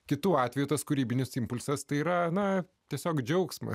kitu atveju tas kūrybinis impulsas tai yra na tiesiog džiaugsmas